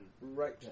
Right